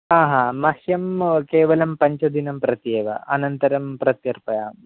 हा हा मह्यं केवलं पञ्चदिनं प्रति एव अनन्तरं प्रत्यर्पयामि